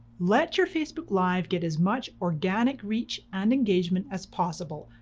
let your facebook live get as much organic reach and engagement as possible.